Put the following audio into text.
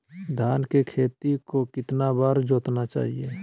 धान के खेत को कितना बार जोतना चाहिए?